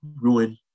ruin